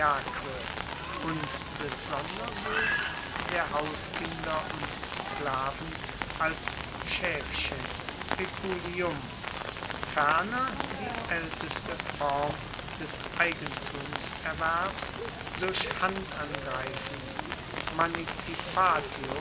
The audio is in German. und des sonderguts der hauskinder und sklaven als schaefchen peculium ferner die aelteste form des eigentumserwerbs durch